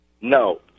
No